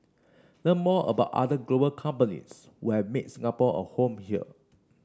learn more about other global companies who have made Singapore a home here